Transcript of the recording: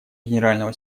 генерального